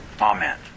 Amen